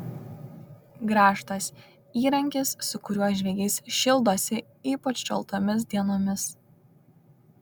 grąžtas įrankis su kuriuo žvejys šildosi ypač šaltomis dienomis